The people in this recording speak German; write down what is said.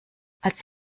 als